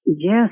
Yes